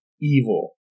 evil